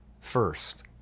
first